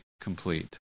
complete